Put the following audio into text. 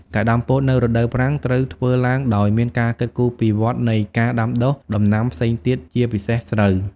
ការដាំពោតនៅរដូវប្រាំងត្រូវបានធ្វើឡើងដោយមានការគិតគូរពីវដ្ដនៃការដាំដុះដំណាំផ្សេងទៀត ជាពិសេសស្រូវ។